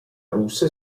russa